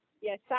yes